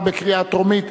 התשע"א 2011,